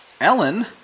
Ellen